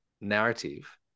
narrative